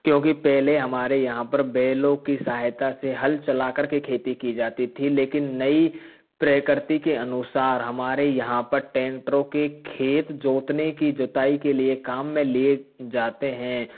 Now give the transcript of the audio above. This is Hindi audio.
क्योंकि पहले हमारे यहाँ पर बैलों की सहायता से हल चला कर के खेती की जाती थी लेकिन नई प्रकृति के अनुसार हमारे यहाँ पर टेंटरों के खेत जोतने की जुताई के लिए काम में लिए जाते हैं